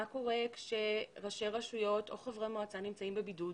מה קורה כאשר ראשי רשויות או חברי מועצה נמצאים בבידוד?